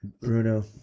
Bruno